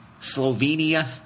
Slovenia